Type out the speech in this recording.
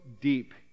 deep